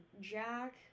jack